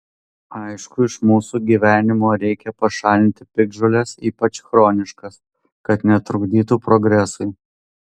aišku iš mūsų gyvenimo reikia pašalinti piktžoles ypač chroniškas kad netrukdytų progresui